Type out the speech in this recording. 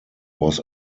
was